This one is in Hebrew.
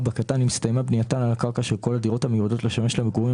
אם הסתיימה בנייתן על הקרקע של כל הדירות המיועדות לשמש למגורים,